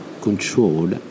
control